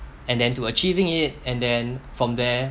and then to achieving it and then from there